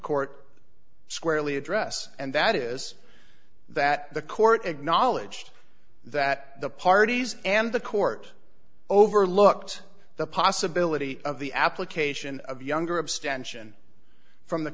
court squarely address and that is that the court acknowledged that the parties and the court overlooked the possibility of the application of younger abstention from the